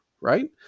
Right